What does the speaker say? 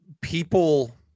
people